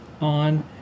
on